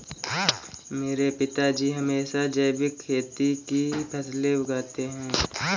मेरे पिताजी हमेशा जैविक खेती की फसलें उगाते हैं